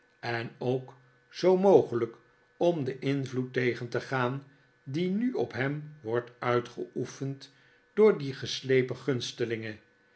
en ook zoo mogelijk om den invloed tegen te gaan die nu op hem wordt uitgeoefend door die geslepen